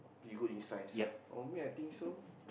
you good in science ah for me I think so